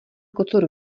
kocour